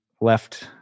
left